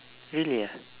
really ah